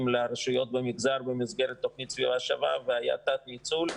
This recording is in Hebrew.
לרשויות במגזר במסגרת סיוע בתוכנית סביבה שווה והיה תת-ניצול.